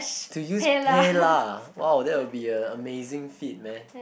to use paylah !wow! that will be amazing feat leh